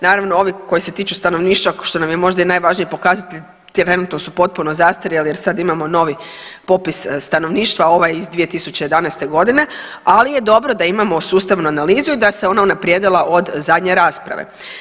Naravno ovi koji se tiču stanovništva što nam je možda i najvažniji pokazatelj trenutno su potpuno zastarjeli jer sad imamo novi popis stanovništva, ovaj je iz 2011. godine, ali je dobro da imamo sustavnu analizu i da se ona unaprijedila od zadnje rasprave.